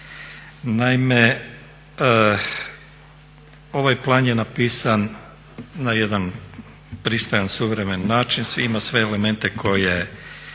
Naime, ovaj plan je napisan na jedan pristojan, suvremen način. Ima sve elemente koje